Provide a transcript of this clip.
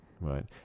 right